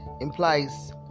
implies